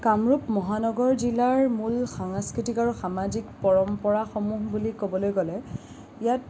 কামৰূপ মহানগৰ জিলাৰ মূল সাংস্কৃতিক আৰু সামাজিক পৰম্পৰাসমূহ বুলি ক'বলৈ গ'লে ইয়াত